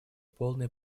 полная